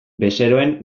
bezeroen